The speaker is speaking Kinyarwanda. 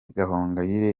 gahongayire